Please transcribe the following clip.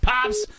Pops